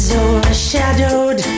overshadowed